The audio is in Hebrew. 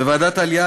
בוועדת העלייה,